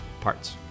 parts